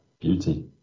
Beauty